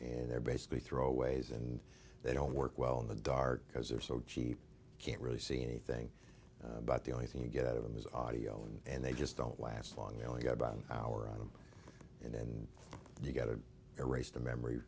and they're basically throwaways and they don't work well in the dark because they're so cheap can't really see anything but the only thing you get out of them is audio and they just don't last long they only got about an hour on it and you get to erase the memory